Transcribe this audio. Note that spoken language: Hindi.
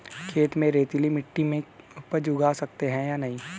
खेत में रेतीली मिटी में उपज उगा सकते हैं या नहीं?